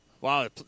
Wow